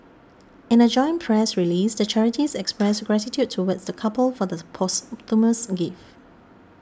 in a joint press release the charities expressed gratitude towards the couple for the posthumous gift